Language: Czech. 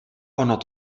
ono